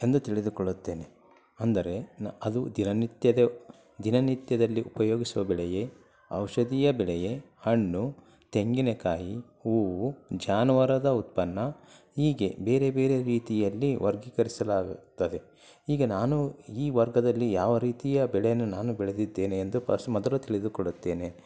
ಎಂದು ತಿಳಿದುಕೊಳ್ಳುತ್ತೇನೆ ಅಂದರೆ ನ ಅದು ದಿನನಿತ್ಯದ ದಿನನಿತ್ಯದಲ್ಲಿ ಉಪಯೋಗಿಸುವ ಬೆಳೆಯೇ ಔಷಧೀಯ ಬೆಳೆಯೇ ಹಣ್ಣು ತೆಂಗಿನಕಾಯಿ ಹೂವು ಜಾನವಾರದ್ದು ಉತ್ಪನ್ನ ಹೀಗೆ ಬೇರೆ ಬೇರೆ ರೀತಿಯಲ್ಲಿ ವರ್ಗೀಕರಿಸಲಾಗುತ್ತದೆ ಹೀಗೆ ನಾನು ಈ ವರ್ಗದಲ್ಲಿ ಯಾವ ರೀತಿಯ ಬೆಳೆಯನ್ನು ನಾನು ಬೆಳೆದಿದ್ದೇನೆ ಎಂದು ಪಸ್ ಮೊದಲು ತಿಳಿದುಕೊಳ್ಳುತ್ತೇನೆ